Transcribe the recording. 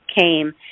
came